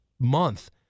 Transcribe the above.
month